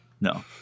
No